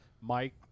Mike